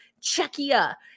Czechia